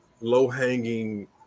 low-hanging